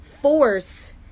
force